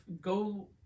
go